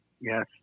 Yes